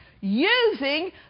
Using